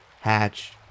hatch